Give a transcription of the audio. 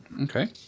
okay